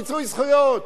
מיצוי זכויות,